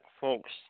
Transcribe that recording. folks